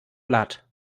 blood